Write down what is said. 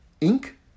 ink